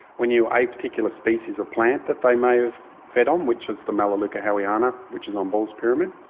we knew a particular species of plant that they may have fed on, which is the melaleuca howeana which is on ball's pyramid,